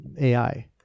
AI